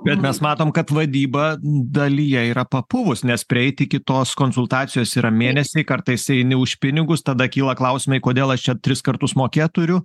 bet mes matom kad vadyba dalyje yra papuvus nes prieit iki kitos konsultacijos yra mėnesiai kartais eini už pinigus tada kyla klausimai kodėl aš čia tris kartus mokėt turiu